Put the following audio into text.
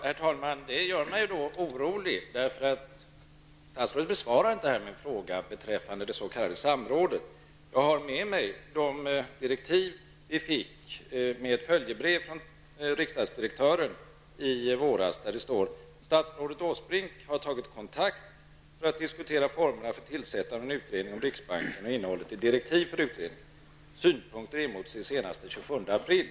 Herr talman! Detta gör mig orolig. Statsrådet besvarade inte min fråga om det s.k. samrådet. Jag har med mig de direktiv vi fick med följebrevet från riksdagsdirektören förra våren: ''Statsrådet Åsbrink har tagit kontakt med talmannen för att diskutera formerna för tillsättande av en utredning om riksbanken och innehållet i direktiv för utredningen - Synpunkter emotses senast den 27 april.''